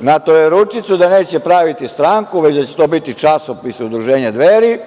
na „Trojeručicu“ da neće praviti stranku, već da će to biti časopis Udruženja Dveri,